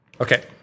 Okay